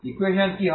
equation কি হয়